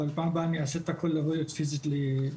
פעם הבאה אני אעשה את הכל לבוא פיזית לדיון.